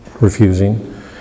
refusing